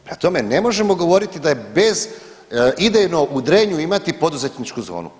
Prema tome ne možemo govoriti da je bezidejno u Drenju imati poduzetničku zonu.